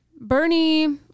Bernie